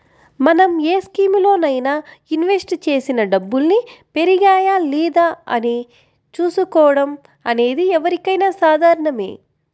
మనం ఏ స్కీములోనైనా ఇన్వెస్ట్ చేసిన డబ్బుల్ని పెరిగాయా లేదా అని చూసుకోవడం అనేది ఎవరికైనా సాధారణమే